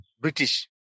British